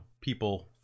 people